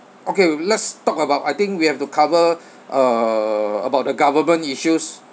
okay let's talk about I think we have to cover uh about the government issues